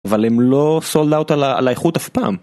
אבל הם לא סולד-אוט על האיכות אף פעם.